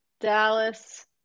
Dallas